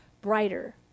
brighter